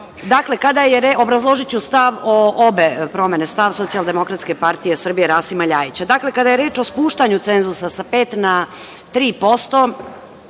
Ljajića. Kada je reč o spuštanju cenzusa sa 5% na 3%,